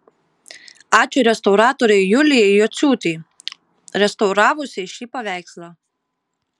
ačiū restauratorei julijai jociūtei restauravusiai šį paveikslą